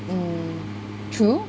mm true